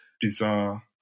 bizarre